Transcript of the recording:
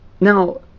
Now